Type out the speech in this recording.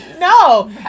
No